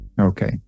Okay